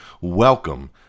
Welcome